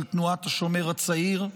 של תנועת השומר הצעיר.